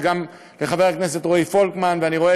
וגם את חבר הכנסת רועי פולקמן,